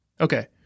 Okay